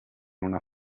una